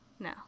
No